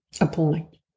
appalling